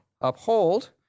uphold